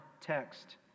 text